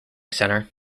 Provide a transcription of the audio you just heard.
center